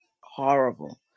horrible